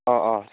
अ अ